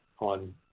on